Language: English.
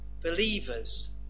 believers